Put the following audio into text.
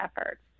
efforts